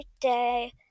day